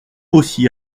aussi